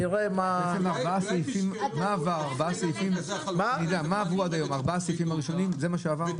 אולי תשקלו להפריט את מרכזי החלוקה לחברה נפרדת